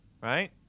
right